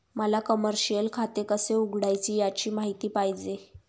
मला कमर्शिअल खाते कसे उघडायचे याची माहिती पाहिजे